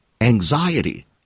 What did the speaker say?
Anxiety